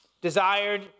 desired